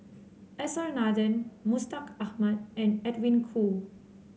S R Nathan Mustaq Ahmad and Edwin Koo